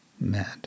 mad